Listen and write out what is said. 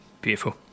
beautiful